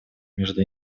между